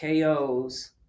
KOs